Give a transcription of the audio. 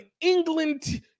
England